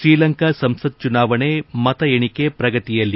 ಶ್ರೀಲಂಕಾ ಸಂಸತ್ ಚುನಾವಣೆ ಮತ ಎಣೆಕೆ ಪ್ರಗತಿಯಲ್ಲಿ